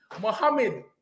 Mohammed